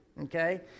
okay